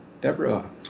Deborah